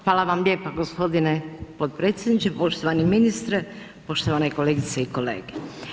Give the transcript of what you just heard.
Hvala vam lijepa g. potpredsjedniče, poštovani ministre, poštovane kolegice i kolege.